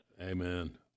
Amen